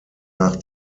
nach